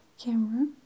camera